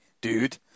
dude